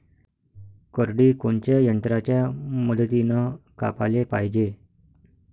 करडी कोनच्या यंत्राच्या मदतीनं कापाले पायजे?